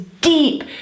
deep